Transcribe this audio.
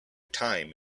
time